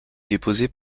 déposés